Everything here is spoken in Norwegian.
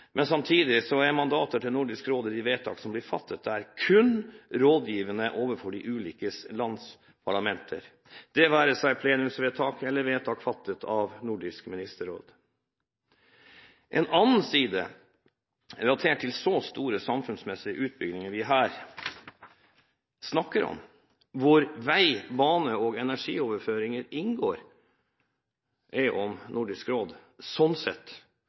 men samtidig er mandatet til Nordisk råd og de vedtak som blir fattet der, kun rådgivende overfor de ulike lands parlamenter – det være seg om det er plenumsvedtak eller om det er vedtak fattet av Nordisk ministerråd. Noe annet – relatert til så store samfunnsmessige utbygginger vi her snakker om, hvor vei, bane og energioverføringer inngår – er om Nordisk råd